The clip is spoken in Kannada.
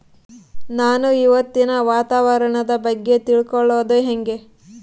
ನಾನು ಇವತ್ತಿನ ವಾತಾವರಣದ ಬಗ್ಗೆ ತಿಳಿದುಕೊಳ್ಳೋದು ಹೆಂಗೆ?